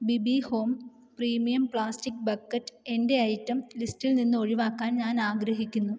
ബിബി home premium plastic bucket എന്റെ item ലിസ്റ്റിൽ നിന്ന് ഒഴിവാക്കാൻ ഞാൻ ആഗ്രഹിക്കുന്നു